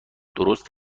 درست